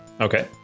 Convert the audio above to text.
Okay